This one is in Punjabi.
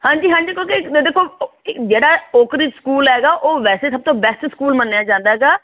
ਹਾਂਜੀ ਹਾਂਜੀ ਕਿਉਂਕਿ ਦੇਖੋ ਜਿਹੜਾ ਓਕਰਿਜ਼ ਸਕੂਲ ਹੈਗਾ ਉਹ ਵੈਸੇ ਸਭ ਤੋਂ ਬੈਸਟ ਸਕੂਲ ਮੰਨਿਆ ਜਾਂਦਾ ਹੈਗਾ